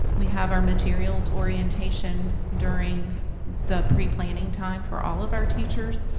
we have our materials orientation during the pre-planning time for all of our teachers,